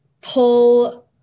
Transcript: pull